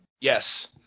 Yes